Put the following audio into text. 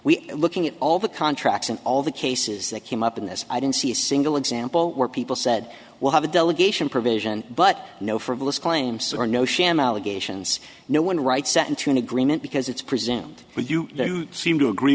we're looking at all the contracts and all the cases that came up in this i don't see a single example where people said well have a delegation provision but no frivolous claims or no sham allegations no one right set into an agreement because it's presumed but you seem to agree